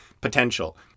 potential